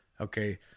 Okay